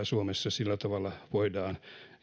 suomessa sillä tavalla voidaan